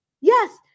Yes